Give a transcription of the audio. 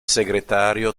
segretario